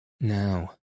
Now